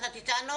תודה.